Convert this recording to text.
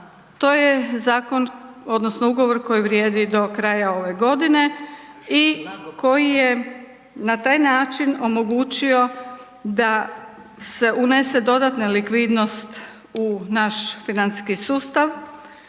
To je zakon, odnosno ugovor koji vrijedi do kraja ove godine i koji je na taj način omogućio da se unese dodatna likvidnost u naš financijski sustav,